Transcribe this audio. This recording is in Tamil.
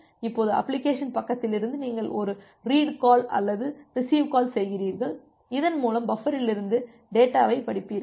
இப்போது அப்ளிகேஷன் பக்கத்திலிருந்து நீங்கள் ஒரு ரீடு கால் அல்லது ரிசிவ் கால் செய்கிறீர்கள் இதன் மூலம் பஃபரிலிருந்து டேட்டாவைப் படிப்பீர்கள்